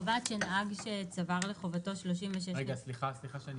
קובעת שנהג שצבר לחובתו 36 נקודות --- האם